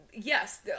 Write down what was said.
yes